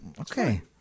Okay